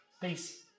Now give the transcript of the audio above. Peace